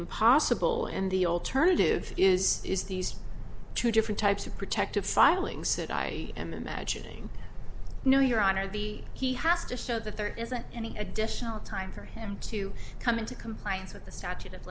impossible and the alternative is is these two different types of protective filings that i am imagining no your honor the he has to show that there isn't any additional time for him to come into compliance with the statute of